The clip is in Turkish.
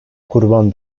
kurban